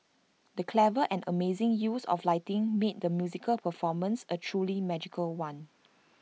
the clever and amazing use of lighting made the musical performance A truly magical one